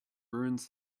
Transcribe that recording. ruins